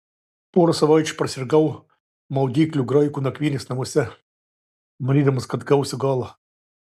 porą savaičių prasirgau maudyklių graikų nakvynės namuose manydamas kad gausiu galą